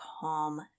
calm